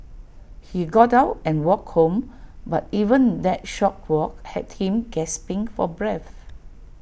he got out and walked home but even that short walk had him gasping for breath